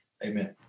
Amen